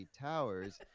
towers